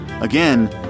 Again